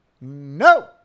no